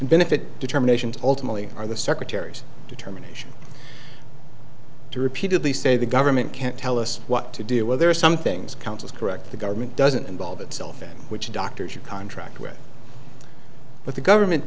benefit determinations ultimately are the secretary's determination to repeatedly say the government can't tell us what to do well there are some things councils correct the government doesn't involve itself in which doctors are contract with but the government